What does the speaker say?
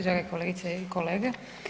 Drage kolegice i kolege.